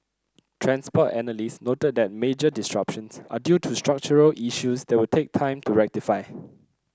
transport analyst noted that major disruptions are due to structural issues that will take time to rectify